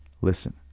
Listen